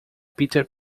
peter